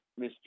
Mr